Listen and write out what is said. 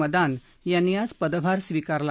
मदान यांनी आज पदभार स्वीकारला